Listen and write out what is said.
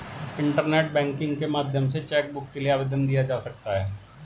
internet banking के माध्यम से चैकबुक के लिए आवेदन दिया जा सकता है